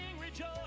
rejoice